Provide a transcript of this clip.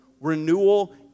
Renewal